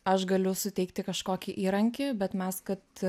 aš galiu suteikti kažkokį įrankį bet mes kad